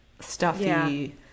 stuffy